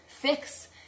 Fix